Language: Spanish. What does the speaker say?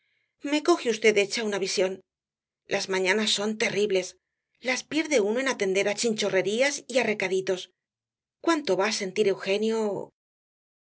me coge v hecha una visión las mañanas son terribles las pierde uno en atender á chinchorrerías y á recaditos cuánto va á sentir eugenio